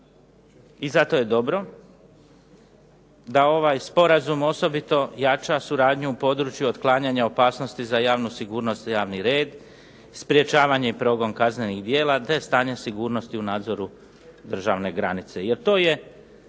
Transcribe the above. I zato je dobro da ovaj sporazum osobito jača suradnju u području otklanjanja opasnosti za javnu sigurnost i javni red, sprečavanje i progon kaznenih djela, te stanje sigurnosti u nadzoru državne granice.